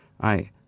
I